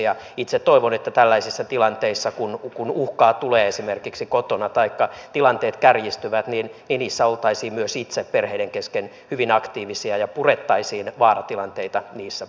ja itse toivon että tällaisissa tilanteissa kun uhkaa tulee esimerkiksi kotona taikka tilanteet kärjistyvät oltaisiin myös itse perheiden kesken hyvin aktiivisia ja purettaisiin vaaratilanteita niissä pois